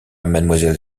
mademoiselle